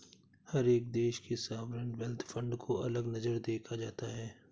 हर एक देश के सॉवरेन वेल्थ फंड को अलग नजर से देखा जाता है